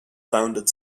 founded